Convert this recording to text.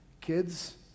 Kids